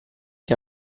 che